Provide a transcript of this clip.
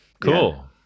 cool